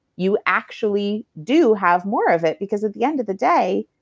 you actually do have more of it. because at the end of the day,